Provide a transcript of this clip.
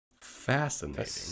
Fascinating